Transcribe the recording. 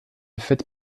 faite